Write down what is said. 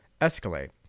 escalate